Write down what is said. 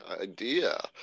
idea